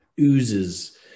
oozes